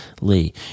Lee